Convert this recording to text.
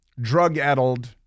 drug-addled